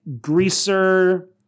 greaser